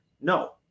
No